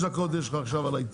חמש דקות יש לך על ההסתייגויות.